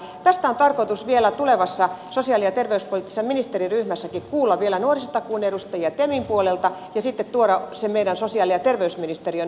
tästä on tarkoitus vielä tulevassa sosiaali ja terveyspoliittisessa ministeriryhmässäkin kuulla vielä nuorisotakuun edustajia temin puolelta ja sitten tuoda se meidän sosiaali ja terveysministeriön näkökulma siihen